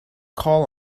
call